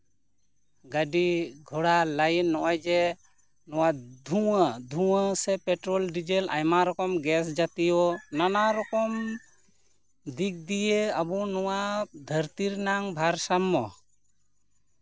ᱜᱟᱹᱰᱤᱼᱜᱷᱚᱲᱟ ᱞᱟᱭᱤᱱ ᱱᱚᱜᱼᱚᱭ ᱡᱮ ᱱᱚᱣᱟ ᱫᱷᱩᱶᱟᱹ ᱫᱷᱩᱶᱟᱹ ᱥᱮ ᱯᱮᱴᱨᱳᱞ ᱰᱤᱡᱮᱞ ᱟᱭᱢᱟ ᱨᱚᱠᱚᱢ ᱜᱮᱥ ᱡᱟᱹᱛᱤᱭᱚ ᱱᱟᱱᱟ ᱨᱚᱠᱚᱢ ᱫᱤᱠ ᱫᱤᱭᱮ ᱟᱵᱚ ᱱᱚᱣᱟ ᱫᱷᱟᱹᱨᱛᱤ ᱨᱮᱱᱟᱝ ᱵᱷᱟᱨᱥᱟᱢᱢᱚ